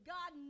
God